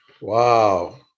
Wow